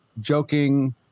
joking